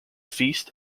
feast